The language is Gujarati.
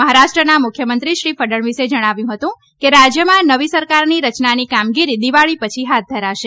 મહારાષ્ટ્રના મુખ્યમંત્રી શ્રી ફડણવીસે જણાવ્યું હતું કે રાજ્યમાં નવી સરકારની રચનાની કામગીરી દીવાળી પછી હાથ ધરાશે